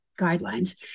guidelines